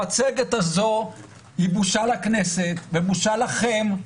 המצגת הזאת היא בושה לכנסת ובושה לכם.